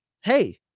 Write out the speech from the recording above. Hey